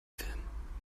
filmen